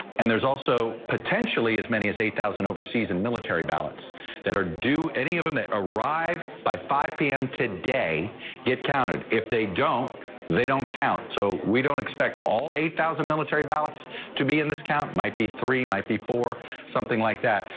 and there's also potentially as many as eight thousand overseas and military ballots that or do any of them arrive by five zero pm today get counted if they don't they don't count. so we don't expect all eight thousand military ballots to be in this count might be three might be for something like that,